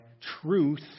truth